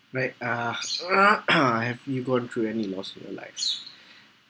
like uh have you gone through any loss you know like